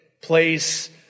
place